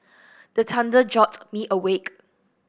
the thunder jolt me awake